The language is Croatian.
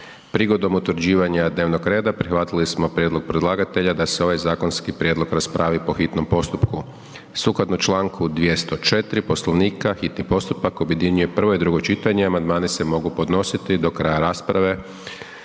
Prigodom utvrđivanja dnevnog reda prihvatili smo prijedlog predlagatelja da se ovaj zakonski prijedlog raspravi po hitnom postupku. Sukladno čl. 204. Poslovnika, hitni postupak objedinjuje prvo i drugo čitanje, a amandmani se mogu podnositi do kraja rasprave